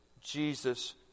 Jesus